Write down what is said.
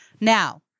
Now